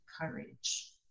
courage